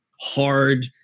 hard